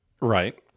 Right